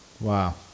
wow